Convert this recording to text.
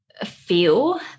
feel